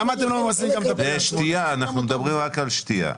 אנחנו מדברים רק על שתייה עכשיו.